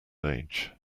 age